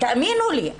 האמינו לי,